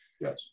Yes